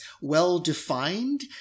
well-defined